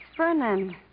Fernand